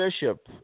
Bishop